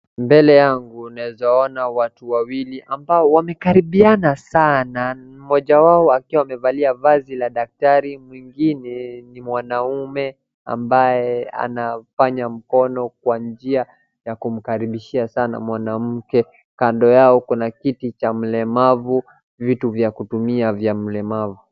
Mbele yangu naeza ona watu wawili ambao wamekaribiana sana, mmoja wao akiwa amevalia vazi la daktari, mwingine ni mwanaume ambaye anafanya mkono kwa njia ya kumkaribishia sana mwanamke, kando yao kuna kiti cha mlemavu na vitu vya kutumia vya mlemavu.